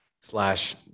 slash